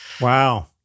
Wow